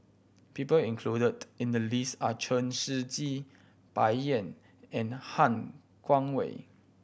people included in the list are Chen Shiji Bai Yan and Han Guangwei